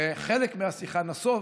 וחלק מהשיחה נסב